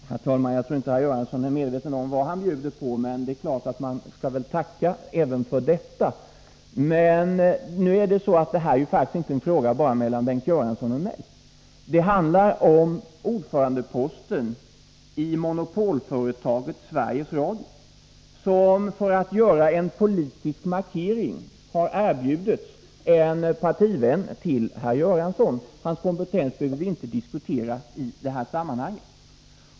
Om hemspråks Herr talman! Jag tror inte att herr Göransson är medveten om vad han undervisningen för bjuder på. Men det är klart att man skall tacka även för detta. barn från Jugo Nu är det emellertid så, att det här faktiskt inte bara är en fråga mellan slavien Bengt Göransson och mig. Det handlar om ordförandeposten i monopolföretaget Sveriges Radio som, för att det skall göras en politisk markering, har erbjudits en partivän till herr Göransson. Hans kompetens behöver vi inte diskutera i detta sammanhang.